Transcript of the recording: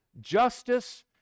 Justice